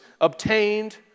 obtained